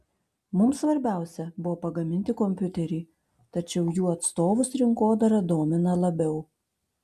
mums svarbiausia buvo pagaminti kompiuterį tačiau jų atstovus rinkodara domina labiau